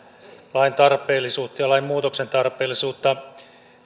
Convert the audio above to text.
lain tarpeellisuutta ja lain muutoksen tarpeellisuutta ensinnäkin